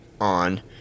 on